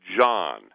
John